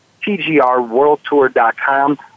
TGRworldtour.com